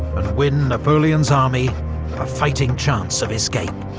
and win napoleon's army a fighting chance of escape.